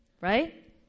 Right